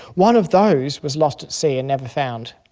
one of those was lost at sea and never found.